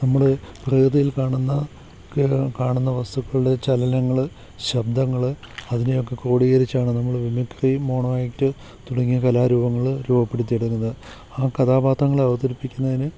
നമ്മൾ പ്രകൃതിയിൽ കാണുന്ന കാണുന്ന വസ്തുക്കളുടെ ചലനങ്ങൾ ശബ്ദങ്ങൾ അതിനെയൊക്കെ ക്രോഡീകരിച്ചാണ് നമ്മൾ മിമിക്രി മോണോആക്ട് തുടങ്ങിയ കലാരൂപങ്ങൾ രൂപപ്പെടുത്തിയെടുക്കുന്നത് ആ കഥാപാത്രങ്ങൾ അവതരിപ്പിക്കുന്നതിന്